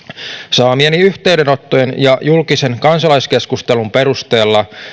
saamieni yhteydenottojen ja julkisen kansalaiskeskustelun perusteella